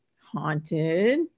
haunted